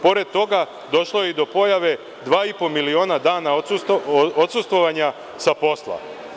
Pored toga došlo je i do pojave 2,5 miliona dana odsustvovanja sa posla.